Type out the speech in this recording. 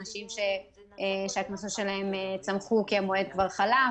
אנשים שהקנסות שלהם צמחו כי המועד כבר חלף